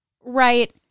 Right